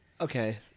Okay